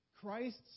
Christ's